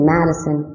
Madison